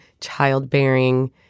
childbearing